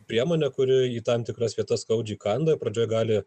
priemonė kuri į tam tikras vietas skaudžiai kanda pradžioj gali